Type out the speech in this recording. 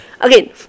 again